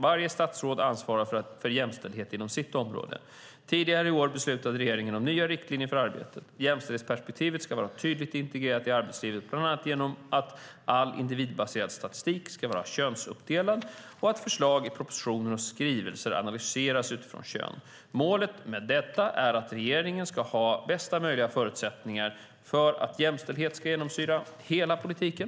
Varje statsråd ansvarar för jämställdhet inom sitt område. Tidigare i år beslutade regeringen om nya riktlinjer för arbetet. Jämställdhetsperspektivet ska vara tydligt integrerat i arbetet bland annat genom att all individbaserad statistik ska vara könsuppdelad och att förslag i propositioner och skrivelser analyseras utifrån kön. Målet med detta är att regeringen ska ha bästa möjliga förutsättningar för att jämställdhet ska genomsyra hela politiken.